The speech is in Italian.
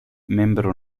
membro